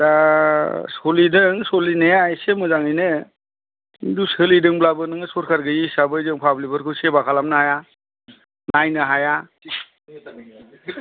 दा सोलिदों सोलिनाया एसे मोजाङैनो किन्तु सोलिदोंब्लाबो नोङो सरकार गैयै हिसाबै जों पाब्लिक फोरखौ सेवा खालामनो हाया नायनो हाया